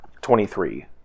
Twenty-three